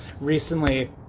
recently